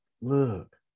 look